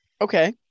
Okay